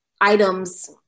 items